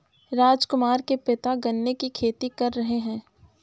राजकुमार के पिता गन्ने की खेती कर रहे हैं